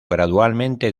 gradualmente